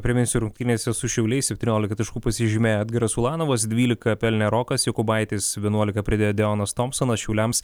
priminsiu rungtynėse su šiauliais septyniolika taškų pasižymėjo edgaras ulanovas dvylika pelnė rokas jokubaitis vienuolika pridėjo deonas tomsonas šiauliams